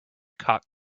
cock